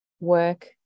Work